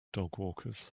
dogwalkers